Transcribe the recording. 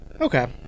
Okay